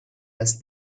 als